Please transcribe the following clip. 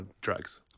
drugs